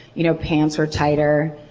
you know, pants are tighter.